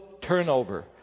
turnover